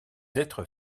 êtres